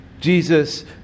Jesus